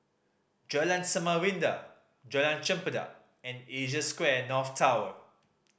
Jalan Samarinda Jalan Chempedak and Asia Square North Tower